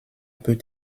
peut